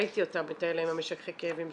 ראיתי אותם את אלה עם משככי הכאבים,